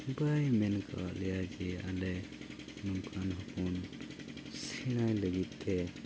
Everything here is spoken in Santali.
ᱵᱟᱭ ᱢᱮᱱ ᱠᱟᱣᱟᱜ ᱞᱮᱭᱟ ᱡᱮ ᱟᱞᱮ ᱱᱚᱝᱠᱟᱱ ᱦᱚᱯᱚᱱ ᱥᱮᱬᱟᱭ ᱞᱟᱹᱜᱤᱫᱛᱮ